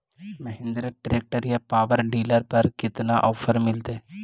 Mahindra tractor या power dealer पर कितना ओफर मीलेतय?